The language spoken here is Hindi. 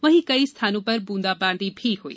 वहीं कई स्थानों पर बूंदाबांदी भी हुई